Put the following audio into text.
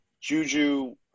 Juju